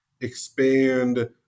expand